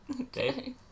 Okay